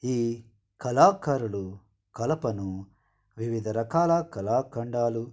ఈ కళాకారులు కలపను వివిధరకాల కళాఖండాలు